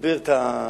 תסביר את הפתיח.